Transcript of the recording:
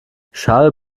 schall